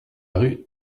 rue